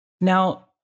Now